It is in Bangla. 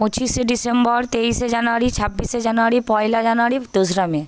পঁচিশে ডিসেম্বর তেইশে জানুয়ারি ছাব্বিশে জানুয়ারি পয়লা জানুয়ারি দোসরা মে